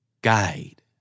guide